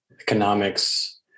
economics